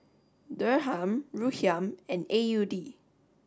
Dirham Rupiah and A U D